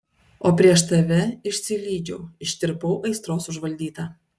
o prieš tave išsilydžiau ištirpau aistros užvaldyta